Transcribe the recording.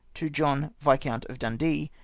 to john viscount of dundee,